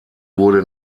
wurde